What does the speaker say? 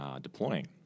deploying